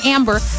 Amber